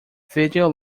video